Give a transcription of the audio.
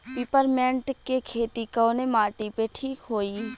Peppermint के खेती कवने माटी पे ठीक होई?